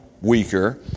weaker